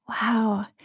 Wow